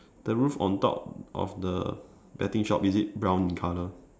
the roof on top of the betting shop is it brown in colour